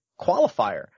qualifier